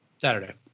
Saturday